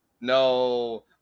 no